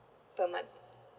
per month